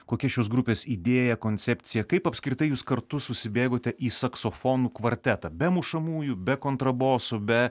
kokia šios grupės idėja koncepcija kaip apskritai jūs kartu susibėgote į saksofonų kvartetą be mušamųjų be kontraboso be